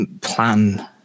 plan